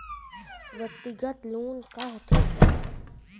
व्यक्तिगत लोन का होथे?